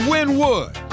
Winwood